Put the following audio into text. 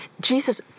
Jesus